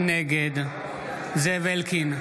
נגד זאב אלקין,